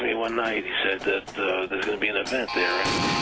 one night, he said there's going to be an event, aaron,